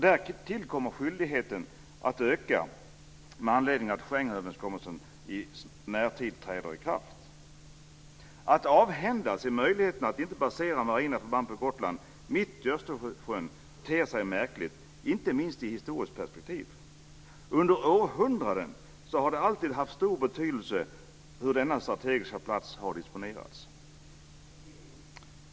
Därtill kommer våra skyldigheter att öka med anledning av att Schengenöverenskommelsen i närtid träder i kraft. Att avhända sig möjligheten att inte basera marina förband på Gotland mitt i Östersjön ter sig märkligt, inte minst i historiskt perspektiv. Under århundraden har det alltid haft stor betydelse hur denna strategiska plats har disponerats.